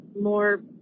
more